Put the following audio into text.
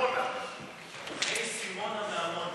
היי סימונה מעמונה.